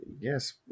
yes